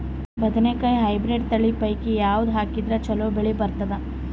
ಬದನೆಕಾಯಿ ಹೈಬ್ರಿಡ್ ತಳಿ ಪೈಕಿ ಯಾವದು ಹಾಕಿದರ ಚಲೋ ಬೆಳಿ ಬರತದ?